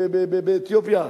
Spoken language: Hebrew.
באתיופיה?